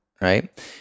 right